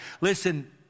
Listen